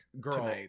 Girl